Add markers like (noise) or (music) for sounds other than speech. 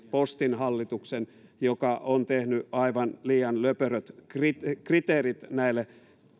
(unintelligible) postin hallituksen joka on tehnyt aivan liian löperöt kriteerit kriteerit näille